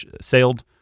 sailed